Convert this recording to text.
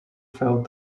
felt